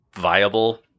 viable